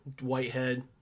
Whitehead